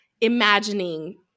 imagining